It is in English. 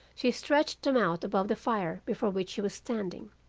she stretched them out above the fire before which she was standing.